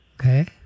Okay